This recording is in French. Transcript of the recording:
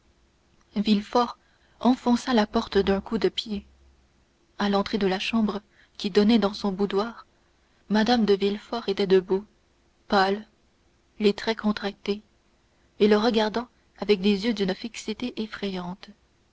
villefort enfonça la porte d'un coup de pied à l'entrée de la chambre qui donnait dans son boudoir mme de villefort était debout pâle les traits contractés et le regardant avec des yeux d'une fixité effrayante